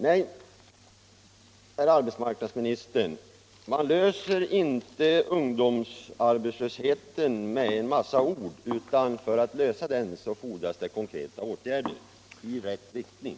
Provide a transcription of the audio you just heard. Nej, herr arbetsmarknadsminister, man löser inte ungdomsarbetslöshetsproblemet med en massa ord, utan för att lösa det fordras det konkreta åtgärder i rätt riktning.